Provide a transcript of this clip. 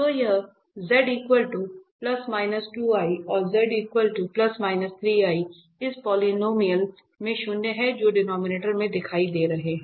तो यह और इस पोलीनोमिअल के शून्य हैं जो डिनोमिनेटर में दिखाई दे रहे हैं